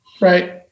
right